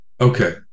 okay